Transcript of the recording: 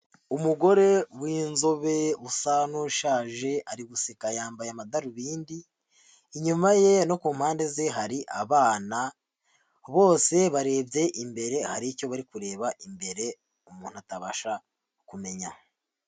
Umugore w'inzobe usa n'ushaje ari guseka yambaye amadarubindi, inyuma ye no ku mpande ze hari abana, bose barebye imbere hari icyo bari kureba imbere umuntu atabasha kumenya.